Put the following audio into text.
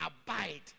abide